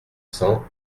cent